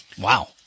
wow